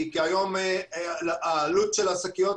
היום העלות של השקיות